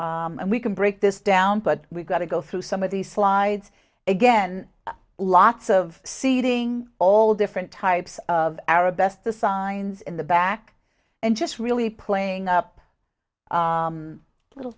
and we can break this down but we've got to go through some of the slides again lots of seating all different types of arabesque the signs in the back and just really playing up a little